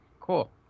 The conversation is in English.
cool